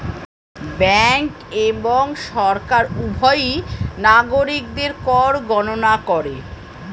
bank এবং সরকার উভয়ই নাগরিকদের কর গণনা করে